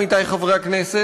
עמיתי חברי הכנסת,